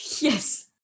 Yes